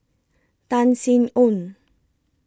Tan Sin Aun